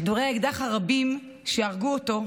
כדורי האקדח הרבים שהרגו אותו,